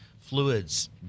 Fluids